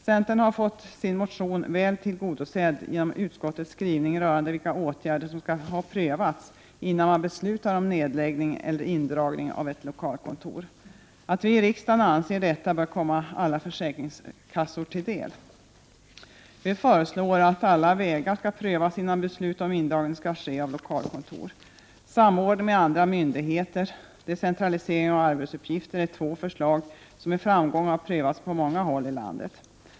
Centern har fått sin motion väl tillgodosedd genom utskottets skrivning rörande vilka åtgärder som skall ha prövats innan man beslutar om nedläggning eller indragning av ett lokalkontor. Att vi i riksdagen anser detta bör komma alla försäkringskassor till del. Vi föreslår att alla vägar skall prövas innan beslut om indragning av lokalkontor skall ske. Samordning med andra myndigheter och decentralisering av arbetsuppgifter är två förslag som med framgång har prövats på många håll i landet.